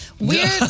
Weird